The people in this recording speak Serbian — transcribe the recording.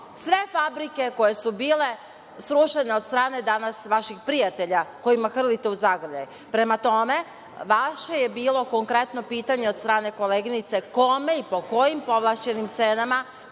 sve fabrike koje su bile srušene od strane danas vaših prijatelja, kojima hrlite u zagrljaj. Prema tome, vaše je bilo konkretno pitanje od strane koleginice - kome i po kojim povlašćenim cenama,